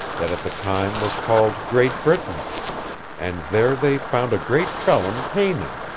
that at that time was called great britain and there they found a great felon paynim,